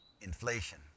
inflation